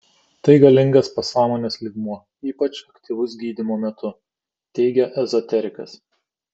tai galingas pasąmonės lygmuo ypač aktyvus gydymo metu teigia ezoterikas